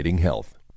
health